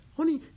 Honey